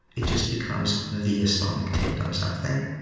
it just becomes the islamic take on something.